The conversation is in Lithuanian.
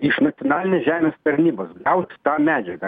iš nacionalinės žemės tarnybos gaut tą medžiagą